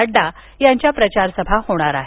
नड्डा यांच्या प्रचारसभा होणार आहेत